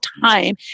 time